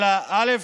אלא, א.